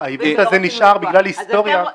--- העיוות הזה נשאר בגלל ההיסטוריה,